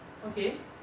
okay